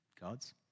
gods